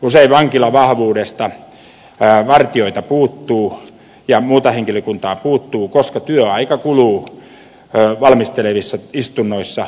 usein vankilavahvuudesta vartijoita ja muuta henkilökuntaa puuttuu koska työaika kuluu valmistelevissa istunnoissa ja pääkäsittelyssä